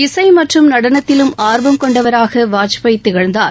இசை மற்றும் நடனத்திலும் ஆர்வம் கொண்டவராக வாஜ்பாய் திகழ்ந்தார்